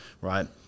right